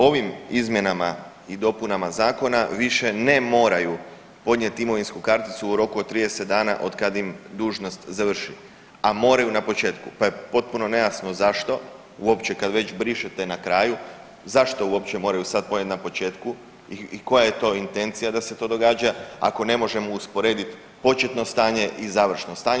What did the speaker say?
Ovim izmjenama i dopunama zakona više ne moraju podnijeti imovinsku karticu u roku od 30 dana od kad ima dužnost završi, a moraju na početku, pa je potpuno nejasno zašto uopće kad već brišete na kraju, zašto uopće moraju sad podnijet na početku i koja je to intencija da se to događa ako ne možemo usporedit početno stanje i završno stanje?